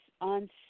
on